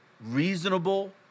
reasonable